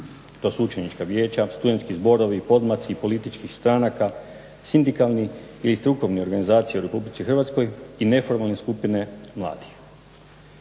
To su učenička vijeća, studentski zborovi, podmlaci političkih stranaka, sindikalni ili strukovne organizacije u RH i neformalne skupine mladih.